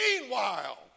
meanwhile